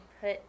put